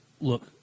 look